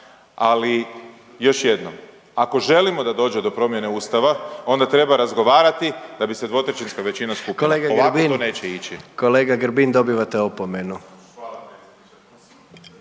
Ali još jednom, ako želimo da dođe do promjene ustava onda treba razgovarati da ti se dvotrećinska većina skupila, ovako to neće ići.